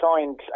signed